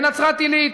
בנצרת-עילית.